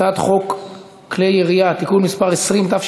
הצעת חוק כלי הירייה (תיקון מס' 20),